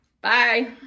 Bye